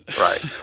right